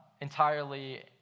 entirely